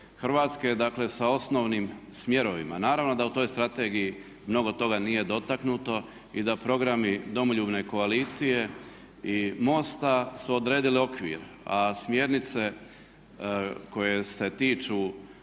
Hrvatske dakle sa osnovnim smjerovima. Naravno da u toj strategiji mnogo toga nije dotaknuto i da programi Domoljubne koalicije i MOST-a su odredili okvir a smjernice koje se tiču